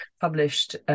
published